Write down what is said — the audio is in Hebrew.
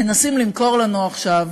מנסים למכור לנו עכשיו